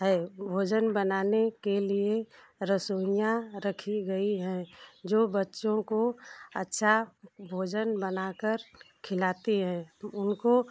भोजन बनाने के लिए रसोइयाँ रखी गई हैं जो बच्चों को अच्छा भोजन बना कर खिलाती हैं उनको